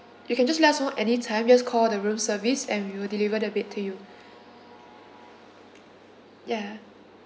you can just let us know any time just call the room service and we will deliver the bed to you ya